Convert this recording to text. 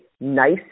nice